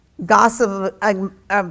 Gossip